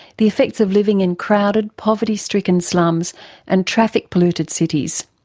the effects of living in crowded, poverty-stricken slums and traffic polluted cities.